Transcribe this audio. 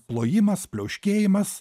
plojimas pliauškėjimas